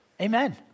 amen